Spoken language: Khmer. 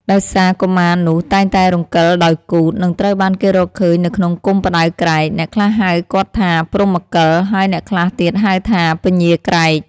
ដោយសារកុមារនោះតែងតែរង្គិលដោយគូថ និងត្រូវបានគេរកឃើញនៅក្នុងគុម្ពផ្តៅក្រែក អ្នកខ្លះហៅគាត់ថា ព្រហ្មកិល ហើយអ្នកខ្លះទៀតហៅថា ពញាក្រែក ។